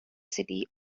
city